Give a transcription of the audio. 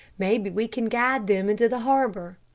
maybe we can guide them into the harbor.